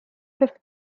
fifth